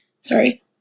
Sorry